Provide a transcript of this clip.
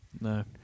No